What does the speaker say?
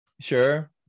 Sure